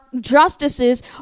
justices